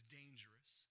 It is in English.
dangerous